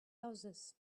houses